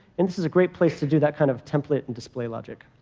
and this is a great place to do that kind of template and display logic.